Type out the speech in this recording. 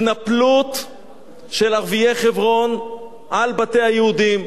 התנפלות של ערביי חברון על בתי היהודים.